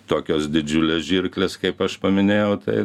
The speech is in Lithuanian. tokios didžiulės žirklės kaip aš paminėjau tai